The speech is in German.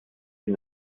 sie